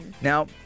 Now